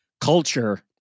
culture